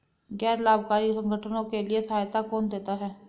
गैर लाभकारी संगठनों के लिए सहायता कौन देता है?